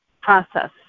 process